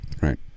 Right